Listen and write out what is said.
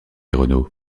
renault